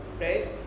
right